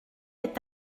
est